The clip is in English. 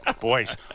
Boys